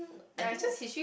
I think I